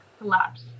collapse